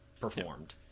performed